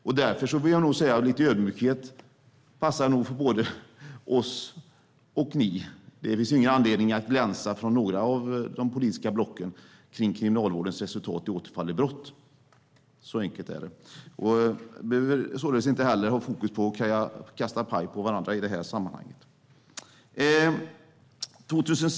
Jag får i lite ödmjukhet säga, något som passar för både oss och er: Det finns ingen anledning att glänsa från något av de politiska blocken om Kriminalvårdens resultat för återfall i brott. Så enkelt är det. Vi behöver således inte ha fokus på att kasta paj på varandra i det här sammanhanget.